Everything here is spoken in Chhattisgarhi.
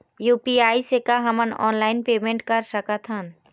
यू.पी.आई से का हमन ऑनलाइन पेमेंट कर सकत हन?